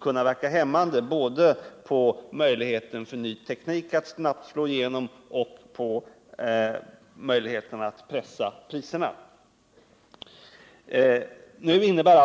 kunna verka hämmande både på möjligheterna för ny teknik att snabbt slå igenom och på möjligheterna att pressa priserna.